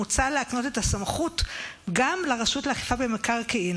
מוצע להקנות את הסמכות גם לרשות לאכיפה במקרקעין